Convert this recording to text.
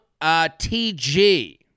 TG